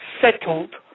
settled